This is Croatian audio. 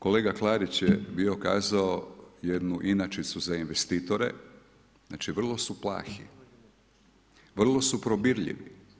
Kolega Klarić je bio kazao jednu inačicu za investitore, znači vrlo su plahi, vrlo su probirljivi.